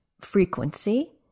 frequency